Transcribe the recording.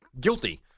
Guilty